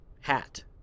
hat